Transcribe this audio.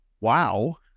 wow